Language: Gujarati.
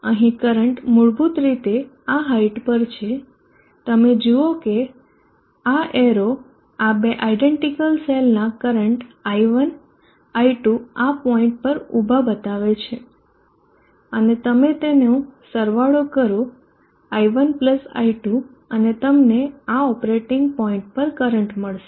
અહીં કરંટ મૂળભૂત રીતે આ હાઈટ પર છે તમે જુઓ કે આ એરો આ બે આયડેન્ટીકલ સેલ નાં કરંટ i1 i2 આ પોઈન્ટ પર ઉભા બતાવે છે અને તમે તેનો સરવાળો કરો i1 i2 અને તમને આ ઓપરેટીંગ પોઈન્ટ પર કરંટ મળશે